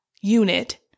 unit